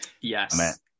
Yes